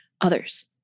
others